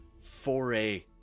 foray